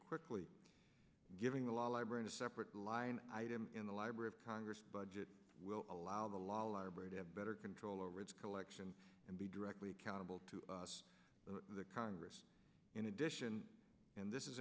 quickly giving the law library a separate line item in the library of congress budget will allow the law library to have better control over its collection and be directly accountable to the congress in addition and this is